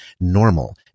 normal